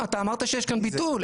אתה אמרת שיש כאן ביטול,